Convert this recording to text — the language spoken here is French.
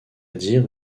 dire